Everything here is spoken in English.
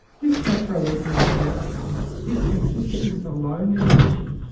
this macroeconomic outcome is consistent with a low net-energy,